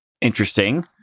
interesting